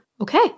okay